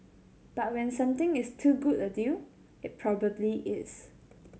but when something is too good a deal it probably is